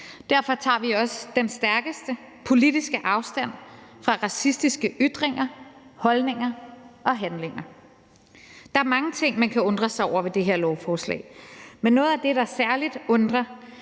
Derfor tager vi også den stærkeste politiske afstand fra racistiske ytringer, holdninger og handlinger. Der er mange ting, man kan undre sig over, ved det her lovforslag. Men noget af det, man særlig kan undre